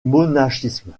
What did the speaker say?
monachisme